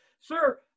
Sir